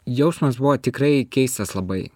jausmas buvo tikrai keistas labai